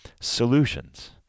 solutions